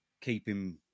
keeping